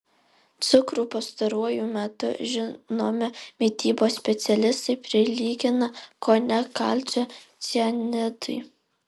cukrų pastaruoju metu žinomi mitybos specialistai prilygina kone kalcio cianidui